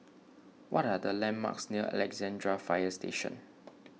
what are the landmarks near Alexandra Fire Station